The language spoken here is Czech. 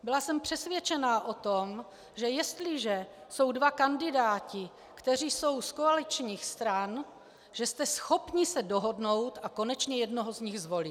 Byla jsem přesvědčená o tom, že jestliže jsou dva kandidáti, kteří jsou z koaličních stran, že jste schopni se dohodnout a konečně jednoho z nich zvolit.